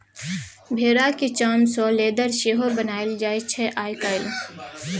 भेराक चाम सँ लेदर सेहो बनाएल जाइ छै आइ काल्हि